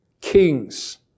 kings